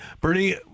Bernie